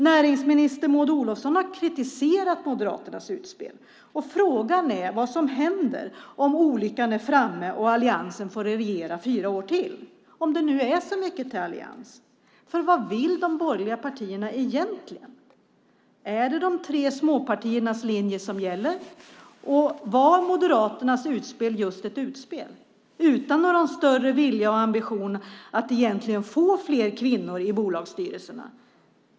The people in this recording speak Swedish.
Näringsminister Maud Olofsson har kritiserat Moderaternas utspel. Frågan är vad som händer om olyckan är framme och Alliansen får regera fyra år till, om det nu är så mycket till allians. Vad vill de borgerliga partierna egentligen? Är det de tre småpartiernas linje som gäller? Och var Moderaternas utspel just ett utspel utan någon större vilja och ambition att egentligen få fler kvinnor i bolagsstyrelserna?